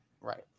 Right